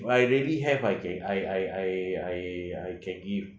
I already have I ca~ I I I I I can give